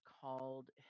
called